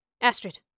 Astrid